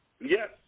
Yes